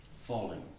falling